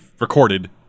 recorded